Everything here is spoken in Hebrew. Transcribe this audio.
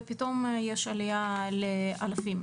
ופתאום יש עלייה לאלפים.